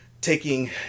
taking